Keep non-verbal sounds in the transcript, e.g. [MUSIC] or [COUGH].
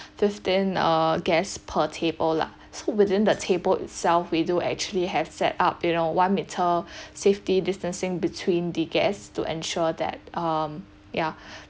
fifteen uh guests per table lah so within the table itself we do actually have set up you know one meter [BREATH] safety distancing between the guests to ensure that um yeah [BREATH]